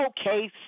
Okay